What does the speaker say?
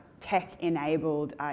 tech-enabled